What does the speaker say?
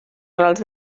rals